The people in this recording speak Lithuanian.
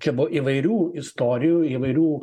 čia buvo įvairių istorijų įvairių